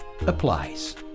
applies